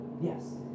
Yes